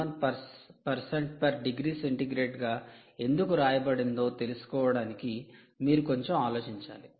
11 oC గా ఎందుకు వ్రాయబడిందో తెలుసుకోవడానికి మీరు కొంచెం ఆలోచించాలి